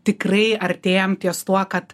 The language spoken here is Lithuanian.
tikrai artėjam ties tuo kad